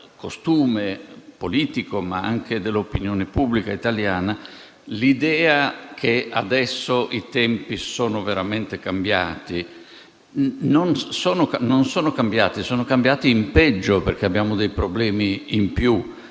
costume politico, ma anche nell'opinione pubblica italiana l'idea che adesso i tempi sono veramente cambiati - e sono cambiati in peggio perché abbiamo dei problemi in più